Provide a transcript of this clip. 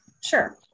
Sure